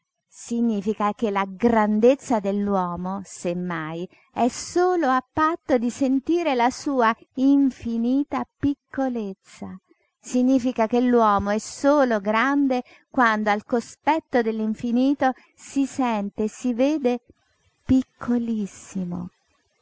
significa significa che la grandezza dell'uomo se mai è solo a patto di sentire la sua infinita piccolezza significa che l'uomo è solo grande quando al cospetto dell'infinito si sente e si vede piccolissimo